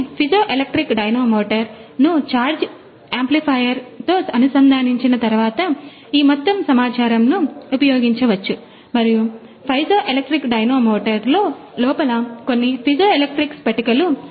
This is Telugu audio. పిజోఎలెక్ట్రిక్ డైనమోమీటర్ను ఛార్జ్ యాంప్లిఫైయర్తో అనుసంధానించిన తర్వాత ఈ మొత్తం సమాచారమును ఉపయోగించవచ్చు మరియు పైజోఎలెక్ట్రిక్ డైనమోమీటర్ లోపల కొన్ని పిజోఎలెక్ట్రిక్ స్ఫటికాలు ఉన్నాయి